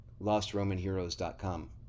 lostromanheroes.com